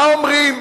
אומרים